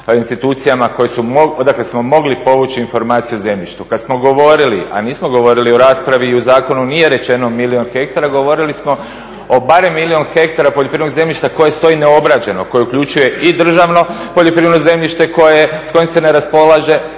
institucijama odakle smo mogli povući informaciju o zemljištu. Kad smo govorili, a nismo govorili o raspravu i u zakonu nije rečeno milijun hektara, govorili smo o barem milijun hektara poljoprivrednog zemljišta koje stoji neobrađeno, koje uključuje i državno poljoprivredno zemljište s kojim se ne raspolože